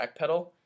backpedal